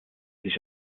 sich